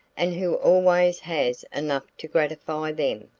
and who always has enough to gratify them.